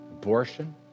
Abortion